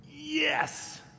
Yes